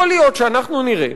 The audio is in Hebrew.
יכול להיות שאנחנו נראה